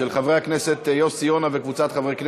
של חברי הכנסת יוסי יונה וקבצת חברי הכנסת.